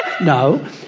No